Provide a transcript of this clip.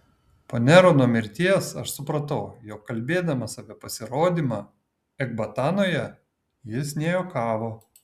po nerono mirties aš supratau jog kalbėdamas apie pasirodymą ekbatanoje jis nejuokavo